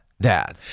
dad